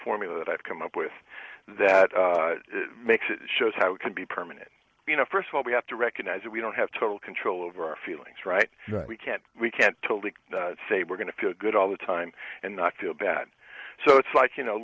formula that i've come up with that makes it shows how can be permanent you know first of all we have to recognize that we don't have total control over our feelings right we can't we can't totally say we're going to feel good all the time and not feel bad so it's like you know